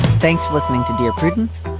thanks for listening to dear prudence,